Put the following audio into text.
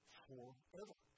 forever